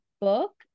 book